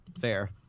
Fair